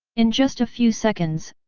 in just a few seconds,